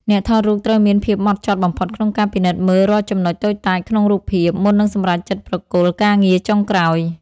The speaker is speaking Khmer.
អ្នកថតរូបត្រូវមានភាពហ្មត់ចត់បំផុតក្នុងការពិនិត្យមើលរាល់ចំណុចតូចតាចក្នុងរូបភាព មុននឹងសម្រេចចិត្តប្រគល់ការងារចុងក្រោយ។